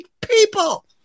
people